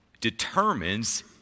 determines